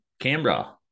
Canberra